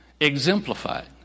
exemplified